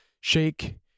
Shake